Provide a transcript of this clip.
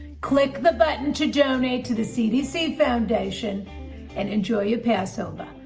click the button to donate to the cdc foundation and enjoy your passover,